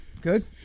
Good